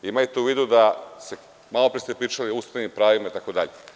Imajte u vidu, malopre ste pričali o ustavnim pravima itd.